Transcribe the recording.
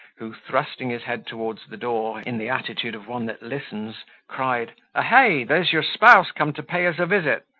who thrusting his head towards the door, in the attitude of one that listens, cried, ahey, there's your spouse come to pay us a visit.